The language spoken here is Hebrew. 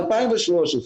מ-2013.